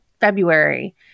February